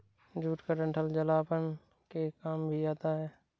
jute का डंठल जलावन के काम भी आता है